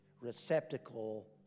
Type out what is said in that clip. receptacle